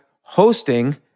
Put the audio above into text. hosting